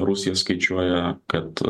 rusija skaičiuoja kad